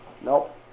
Nope